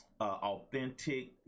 authentic